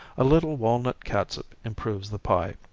a little walnut catsup improves the pie,